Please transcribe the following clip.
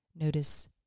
Notice